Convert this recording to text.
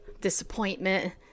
disappointment